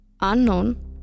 unknown